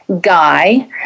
guy